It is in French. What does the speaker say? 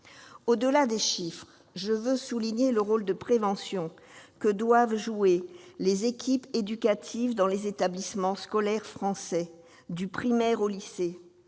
Au-delà des chiffres, je veux souligner le rôle de prévention que doivent jouer les équipes éducatives dans les établissements scolaires français, du primaire au lycée.